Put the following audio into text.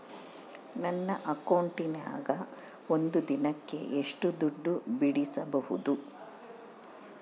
ನನ್ನ ಅಕೌಂಟಿನ್ಯಾಗ ಒಂದು ದಿನಕ್ಕ ಎಷ್ಟು ದುಡ್ಡು ಬಿಡಿಸಬಹುದು?